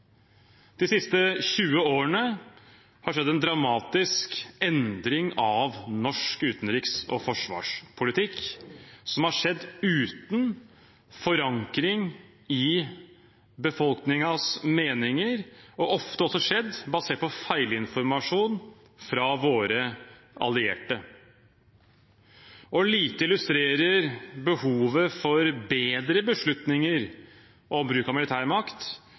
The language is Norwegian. De siste 20 årene har det skjedd en dramatisk endring av norsk utenriks- og forsvarspolitikk, som har skjedd uten forankring i befolkningens meninger, og ofte også har skjedd basert på feilinformasjon fra våre allierte. Lite illustrerer behovet for bedre beslutninger om bruk av militærmakt